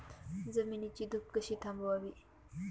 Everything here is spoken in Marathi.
जमिनीची धूप कशी थांबवावी?